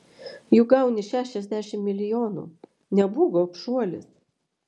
juk gauni šešiasdešimt milijonų nebūk gobšuolis